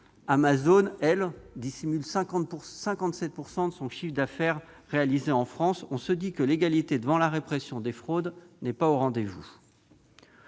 -dissimule au fisc 57 % de son chiffre d'affaires réalisé en France, on se dit que l'égalité devant la répression des fraudes n'est pas au rendez-vous.